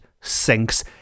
sinks